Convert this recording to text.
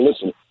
listen